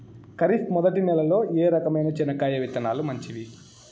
ఖరీఫ్ మొదటి నెల లో ఏ రకమైన చెనక్కాయ విత్తనాలు మంచివి